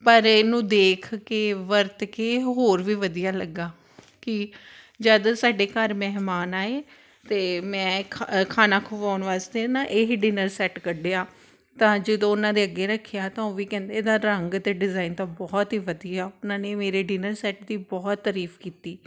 ਪਰ ਇਹਨੂੰ ਦੇਖ ਕੇ ਵਰਤ ਕੇ ਹੋਰ ਵੀ ਵਧੀਆ ਲੱਗਾ ਕਿ ਜਦ ਸਾਡੇ ਘਰ ਮਹਿਮਾਨ ਆਏ ਅਤੇ ਮੈਂ ਖ ਖਾਣਾ ਖਵਾਉਣ ਵਾਸਤੇ ਨਾ ਇਹ ਡਿਨਰ ਸੈਟ ਕੱਢਿਆ ਤਾਂ ਜਦੋਂ ਉਹਨਾਂ ਦੇ ਅੱਗੇ ਰੱਖਿਆ ਤਾਂ ਉਹ ਵੀ ਕਹਿੰਦੇ ਇਹਦਾ ਰੰਗ ਅਤੇ ਡਿਜ਼ਾਇਨ ਤਾਂ ਬਹੁਤ ਹੀ ਵਧੀਆ ਉਹਨਾਂ ਨੇ ਮੇਰੇ ਡਿਨਰ ਸੈਟ ਦੀ ਬਹੁਤ ਤਾਰੀਫ ਕੀਤੀ